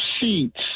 seats